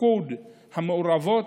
הפיקוד המעורבות,